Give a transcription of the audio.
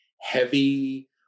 heavy